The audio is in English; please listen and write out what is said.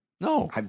No